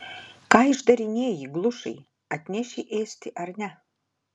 ką išdarinėji glušai atneši ėsti ar ne